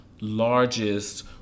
largest